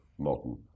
Modern